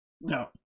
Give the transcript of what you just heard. No